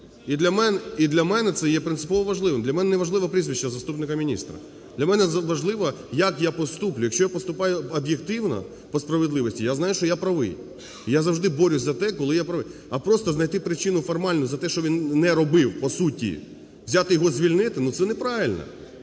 І для мене це є принципово важливим. Для мене неважливо прізвище заступника міністра, для мене важливо, як я поступлю. Якщо я поступаю об'єктивно, по справедливості, я знаю, що я правий. Я завжди борюсь за те, коли я правий. А просто знайти причину формальну за те, що він не робив по суті, взяти його звільнити, ну, це неправильно.